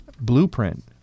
blueprint